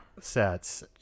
sets